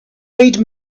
read